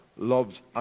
Loves